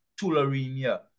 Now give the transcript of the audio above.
tularemia